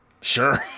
Sure